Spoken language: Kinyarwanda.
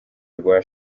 rwa